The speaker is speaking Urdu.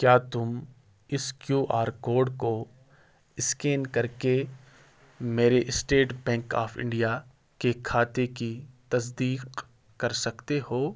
کیا تم اس کیو آر کوڈ کو اسکین کر کے میرے اسٹیٹ بینک آف انڈیا کے کھاتے کی تصدیق کر سکتے ہو